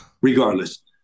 regardless